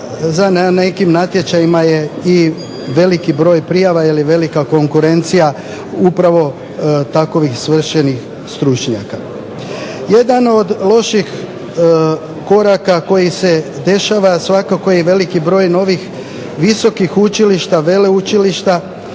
na nekim natječajima je i veliki broj prijava ili velika konkurencija upravo takovih …/Ne razumije se./… stručnjaka. Jedan od loših koraka koji se dešava svakako je i veliki broj novih visokih učilišta, veleučilišta,